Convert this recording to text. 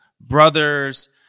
brothers